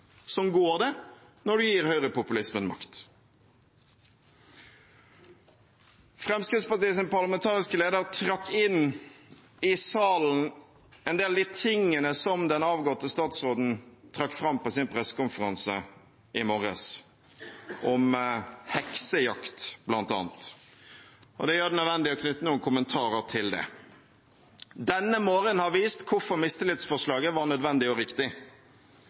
Slik går det når man gir høyrepopulismen makt. Fremskrittspartiets parlamentariske leder trakk inn i salen en del av de tingene som den avgåtte statsråden trakk fram på sin pressekonferanse i morges, om heksejakt, bl.a. Det gjør det nødvendig å knytte noen kommentarer til det. Denne morgenen har vist hvorfor mistillitsforslaget var nødvendig og riktig.